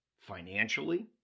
financially